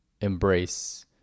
embrace